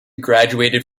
graduated